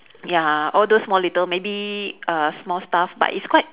ya all those small little maybe uh small stuff but it's quite